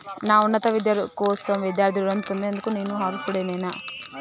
నా ఉన్నత విద్య కోసం విద్యార్థి రుణం పొందేందుకు నేను అర్హుడినేనా?